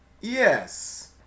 yes